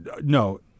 no